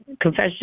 confession